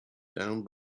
down